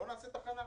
בואו נעשה תחנה,